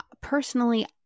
personally